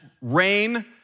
rain